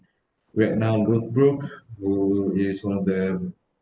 ragnar lothbrok who is one of the